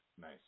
nice